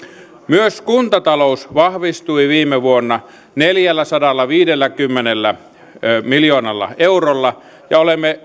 myös kuntatalous vahvistui viime vuonna neljälläsadallaviidelläkymmenellä miljoonalla eurolla ja olemme